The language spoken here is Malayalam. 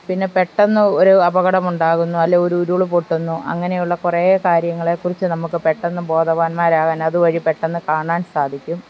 പിന്നെ പെട്ടെന്ന് ഒരു അപകടമുണ്ടാകുന്നു അല്ലെങ്കിൽ ഒരു ഉരുൾപൊട്ടുന്നു അങ്ങനെയുള്ള കുറേ കാര്യങ്ങളെക്കുറിച്ച് നമുക്ക് പെട്ടെന്ന് ബോധവാന്മാരാകാൻ അതുവഴി പെട്ടെന്നു കാണാൻ സാധിക്കും